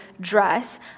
dress